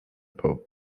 pope